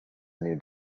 new